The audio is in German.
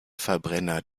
verbrenner